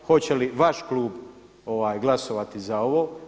Hoće li vaš klub glasovati za ovo?